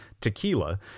tequila